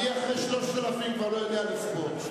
אני אחרי 3,000 כבר לא יודע לספור.